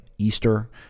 Easter